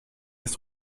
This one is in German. ist